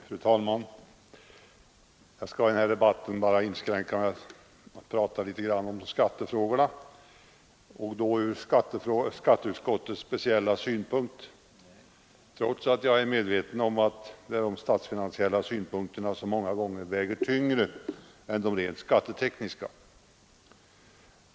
Fru talman! Jag skall i den här debatten inskränka mig till att prata litet grand om skattefrågorna och då från skatteutskottets speciella synpunkt, trots att jag är medveten om att det är de statsfinansiella synpunkterna som många gånger väger tyngre än de rent skattetekniska.